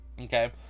Okay